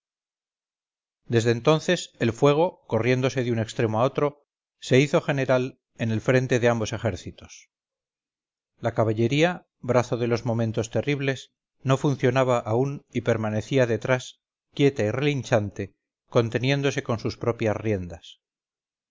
desde entonces el fuego corriéndose de un extremo a otro se hizo general en el frente de ambos ejércitos la caballería brazo de los momentos terribles no funcionaba aún y permanecía detrás quieta y relinchante conteniéndose con sus propias riendas